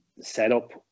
setup